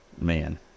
Man